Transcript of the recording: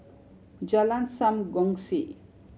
Jalan Sam Kongsi